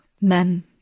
men